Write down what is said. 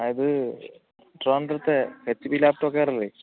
ആ ഇത് ട്രിവാന്ഡ്രത്തെ എച്ച് പി ലാപ്ടോപ്പ് കെയറല്ലേ